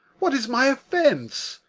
what is my offence?